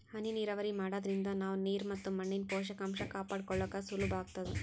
ಹನಿ ನೀರಾವರಿ ಮಾಡಾದ್ರಿಂದ ನಾವ್ ನೀರ್ ಮತ್ ಮಣ್ಣಿನ್ ಪೋಷಕಾಂಷ ಕಾಪಾಡ್ಕೋಳಕ್ ಸುಲಭ್ ಆಗ್ತದಾ